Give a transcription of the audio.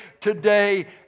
today